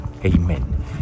Amen